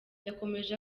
yakomeje